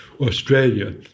Australia